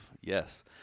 Yes